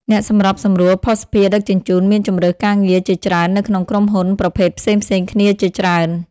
អ្នកសម្របសម្រួលភស្តុភារដឹកជញ្ជូនមានជម្រើសការងារជាច្រើននៅក្នុងក្រុមហ៊ុនប្រភេទផ្សេងៗគ្នាជាច្រើន។